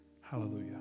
Hallelujah